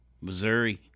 Missouri